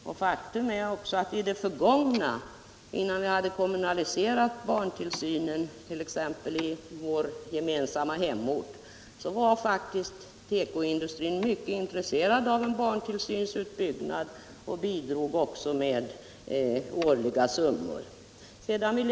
Ett faktum är också att i det förgångna, innan vi hade kommunaliserat barntillsynen i vår gemensamma hemort, var tekoindustrin mycket intresserad av en barntillsynsutbyggnad och bidrog till den med årliga summor.